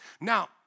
Now